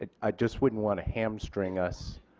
i just wouldn't want to hamstring us